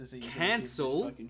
cancel